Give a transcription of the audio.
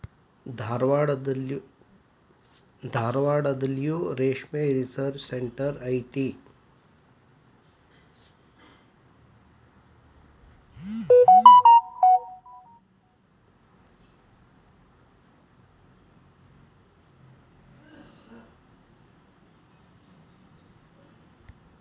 ಧಾರವಾಡದಲ್ಲಿಯೂ ರೇಶ್ಮೆ research centre ಐತಿ